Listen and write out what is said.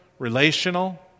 Relational